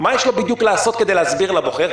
מה יש לו בדיוק לעשות כדי להסביר לבוחר?